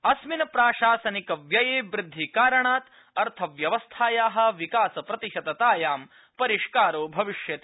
अस्मिन् प्राशासनिक व्यये वृद्धिकारणात् अर्थव्यवस्थाया विकास प्रतिशततायां परिष्कारो भविष्यति